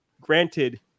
granted